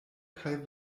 kaj